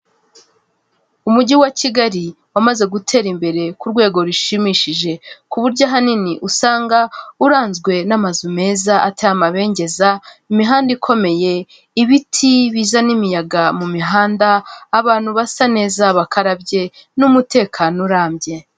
Umujyi wa Kigali wamaze gutera imbere ku rwego rushimishije. Ku buryo ahanini usanga uranzwe n'amazu meza ateye amabengeza, imihanda ikomeye, ibiti bizana imiyaga mu mihanda, abantu basa neza bakarabye n'umutekano urambye.